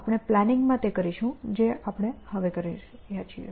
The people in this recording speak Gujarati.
આપણે પ્લાનિંગ માં તે કરીશું જે આપણે હવે કરી રહ્યા છીએ